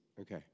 Okay